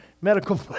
medical